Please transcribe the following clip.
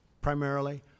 primarily